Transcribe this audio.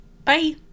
Bye